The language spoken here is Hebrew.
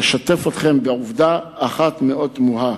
לשתף אתכם בעובדה אחת מאוד תמוהה.